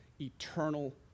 eternal